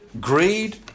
greed